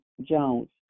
Jones